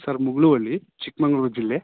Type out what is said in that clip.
sir Muguluvalli Chikmagalur ಜಿಲ್ಲೆ